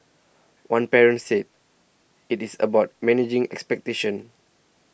one parent said it is about managing expectations